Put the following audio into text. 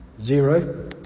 zero